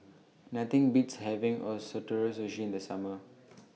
Nothing Beats having Ootoro Sushi in The Summer